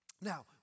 Now